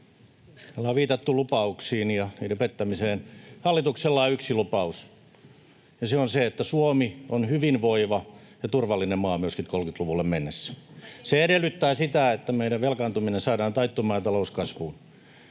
Täällä on viitattu lupauksiin ja niiden pettämiseen. Hallituksella on yksi lupaus, ja se on se, että Suomi on hyvinvoiva ja turvallinen maa myöskin 30-luvulle mentäessä. Se edellyttää sitä, että meidän velkaantuminen saadaan taittumaan ja talouskasvuun.